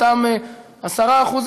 אותם 10%,